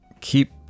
keep